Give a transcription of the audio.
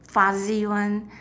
fuzzy one